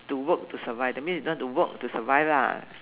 to work to survive that means you don't have to work to survive lah